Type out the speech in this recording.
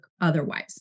otherwise